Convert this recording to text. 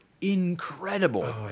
incredible